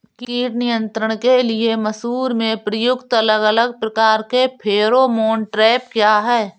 कीट नियंत्रण के लिए मसूर में प्रयुक्त अलग अलग प्रकार के फेरोमोन ट्रैप क्या है?